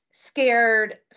scared